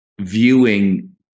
viewing